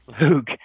Luke